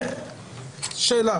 זו שאלה.